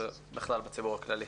ובכלל בציבור בישראל.